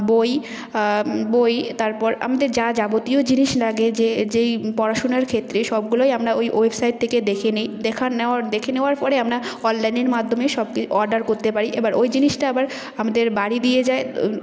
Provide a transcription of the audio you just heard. বই বই তারপর আমাদের যা যাবতীয় জিনিস লাগে যে যেই পড়াশোনার ক্ষেত্রে সবগুলোই আমরা ওই ওয়েবসাইট থেকে দেখে নিই দেখে নেওয়ার দেখে নেওয়ার পরে আমরা অললাইনের মাধ্যমে সব অর্ডার করতে পারি এবার ওই জিনিসটা এবার আমাদের বাড়ি দিয়ে যায়